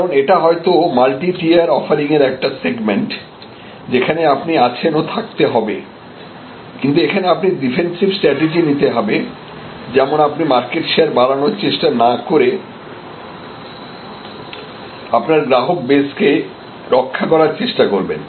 কারণ এটা হয়তো মাল্টি টিয়ার অফারিং এর একটা সেগমেন্ট যেখানে আপনি আছেন ও থাকতে হবে কিন্তু এখানে আপনাকে ডিফেন্সিভ স্ট্র্যাটেজি নিতে হবে যেমন আপনি মার্কেট শেয়ার বাড়াবার চেষ্টা না করে আপনার গ্রাহক বেসকে রক্ষা করার চেষ্টা করবেন